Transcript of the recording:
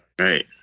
Right